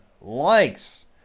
likes